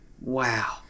wow